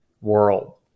world